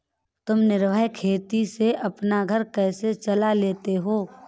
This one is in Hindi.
तुम निर्वाह खेती से अपना घर कैसे चला लेते हो?